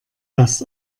das